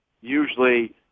Usually